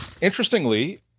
Interestingly